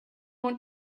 want